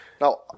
Now